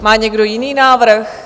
Má někdo jiný návrh?